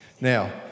Now